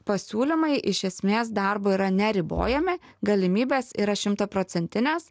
pasiūlymai iš esmės darbo yra neribojami galimybės yra šimtaprocentinės